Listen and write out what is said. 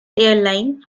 airline